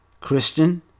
Christian